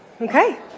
Okay